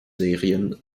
serien